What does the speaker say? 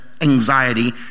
anxiety